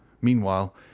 meanwhile